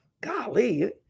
golly